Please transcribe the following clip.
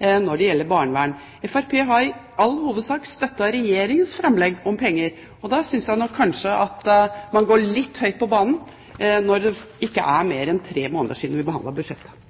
når det gjelder barnevern. Fremskrittspartiet har i all hovedsak støttet Regjeringens framlegg om penger, og da synes jeg nok kanskje man går litt høyt på banen når det ikke er mer enn tre måneder siden vi behandlet budsjettet.